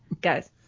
guys